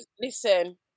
listen